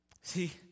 See